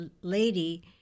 lady